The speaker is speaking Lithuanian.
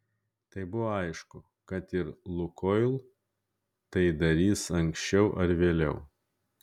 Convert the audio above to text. tai buvo aišku kad ir lukoil tai darys anksčiau ar vėliau